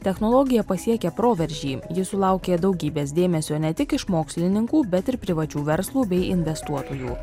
technologija pasiekė proveržį ji sulaukė daugybės dėmesio ne tik iš mokslininkų bet ir privačių verslų bei investuotojų